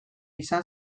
izan